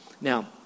Now